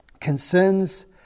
concerns